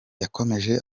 yakomeje